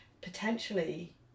potentially